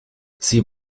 sie